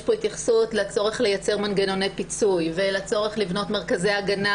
יש פה התייחסות לצורך לייצר מנגנוני פיצוי ולצורך לבנות מרכזי הגנה